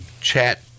chat